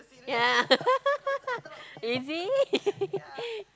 yeah is it